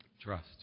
Trust